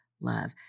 love